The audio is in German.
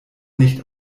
nicht